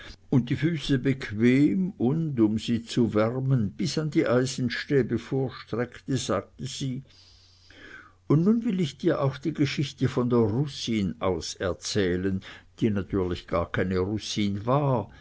und die füße bequem und um sie zu wärmen bis an die eisenstäbe vorstreckte sagte sie und nun will ich dir auch die geschichte von der russin auserzählen die natürlich gar keine russin war